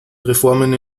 reformen